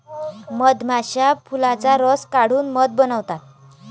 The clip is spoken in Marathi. मधमाश्या फुलांचा रस काढून मध बनवतात